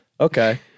okay